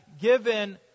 given